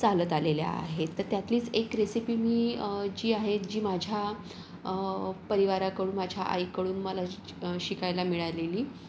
चालत आलेल्या आहेत तर त्यातलीच एक रेसिपी मी जी आहे जी माझ्या परिवाराकडून माझ्या आईकडून मला शिकायला मिळालेली